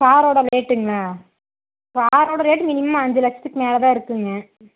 காரோட ரேட்டுங்களா காரோட ரேட்டு மினிமம் அஞ்சு லட்சத்துக்கு மேலேதான் இருக்குங்க